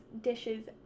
dishes